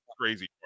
crazy